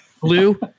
Blue